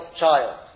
child